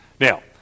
Now